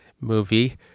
movie